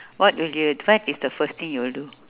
what would you what is the first thing you will do